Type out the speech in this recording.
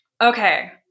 Okay